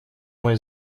мой